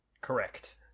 Correct